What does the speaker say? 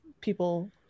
people